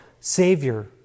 savior